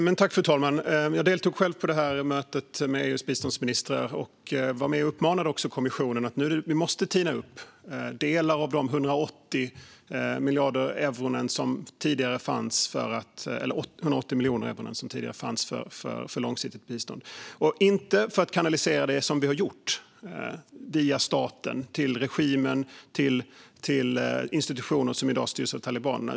Fru talman! Jag deltog på mötet med EU:s biståndsministrar och var med och uppmanade kommissionen att tina upp delar av de 180 miljoner euro som tidigare fanns för långsiktigt bistånd. Men vi ska inte kanalisera biståndet via staten, som vi har gjort, till regimen och till institutioner som i dag styrs av talibanerna.